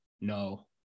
No